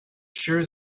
sure